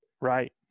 Right